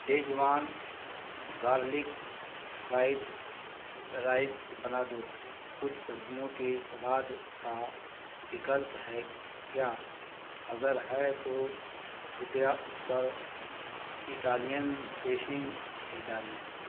schezwan garlic fried rice बना दो कुछ सब्ज़ियों के सलाद का विकल्प है क्या अगर है तो कृपया उस पर इटालियन ड्रेसिंग ही डालें